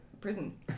prison